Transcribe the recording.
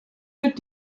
mit